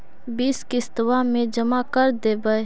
बिस किस्तवा मे जमा कर देवै?